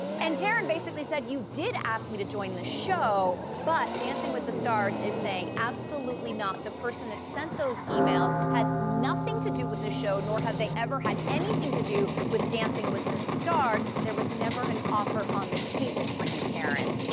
and taryn basically said, you did ask me to join the show. but dancing with the stars is saying absolutely not, the person that sent those emails has nothing to do with their show, nor have they ever had anything to do with dancing with the stars. there was never an offer on the table for you taryn.